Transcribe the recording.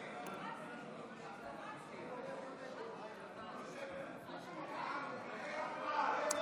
לראש ממשלה או ראש ממשלה חלופי שחדל לכהן,